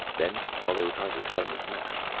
then, while they were trying to explain the smash,